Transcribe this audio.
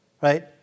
right